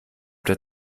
der